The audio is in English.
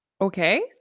Okay